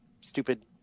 stupid